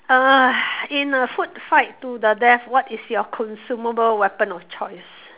uh in a food fight to the death what is your consumable weapon of choice